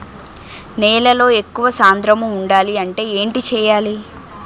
నేలలో ఎక్కువ సాంద్రము వుండాలి అంటే ఏంటి చేయాలి?